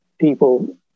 people